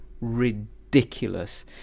ridiculous